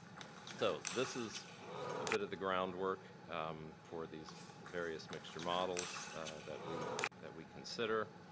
so this is a bit of the groundwork for these various mixture models that we that we consider.